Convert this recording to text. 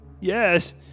yes